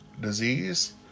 disease